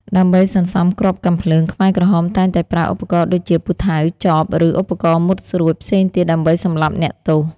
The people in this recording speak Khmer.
ដើម្បីសន្សំគ្រាប់កាំភ្លើង ខ្មែរក្រហមតែងតែប្រើឧបករណ៍ដូចជា ពូថៅ ចប ឬឧបករណ៍មុតស្រួចផ្សេងទៀតដើម្បីសម្លាប់អ្នកទោស។